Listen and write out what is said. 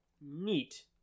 Neat